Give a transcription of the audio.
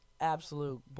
absolute